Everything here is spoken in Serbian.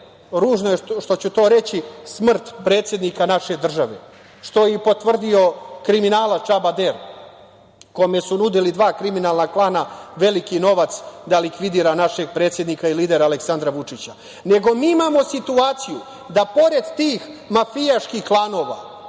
ružno je što ću to reći, smrt predsednika naše države, što je i potvrdio kriminalac Čaba Der, kome su nudili dva kriminalna klana veliki novac da likvidira našeg predsednika i lidera Aleksandra Vučića. Nego, mi imamo situaciju da pored tih mafijaških klanova